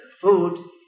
food